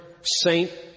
Saint